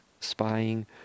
spying